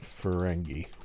Ferengi